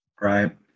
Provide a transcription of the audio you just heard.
Right